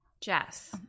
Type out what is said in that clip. Jess